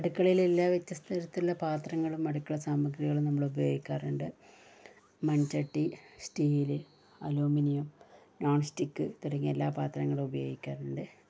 അടുക്കളയില് എല്ലാ വ്യത്യസ്തതരത്തിലുള്ള പാത്രങ്ങളും അടുക്കള സാമഗ്രികളും നമ്മള് ഉപയോഗിക്കാറുണ്ട് മൺചട്ടി സ്റ്റീല് അലൂമിനിയം നോൺ സ്റ്റിക്ക് തുടങ്ങിയ എല്ലാ പാത്രങ്ങളും ഉപയോഗിക്കാറുണ്ട്